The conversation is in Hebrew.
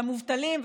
למובטלים,